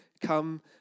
come